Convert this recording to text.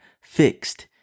fixed